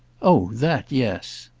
oh that, yes.